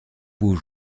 beaux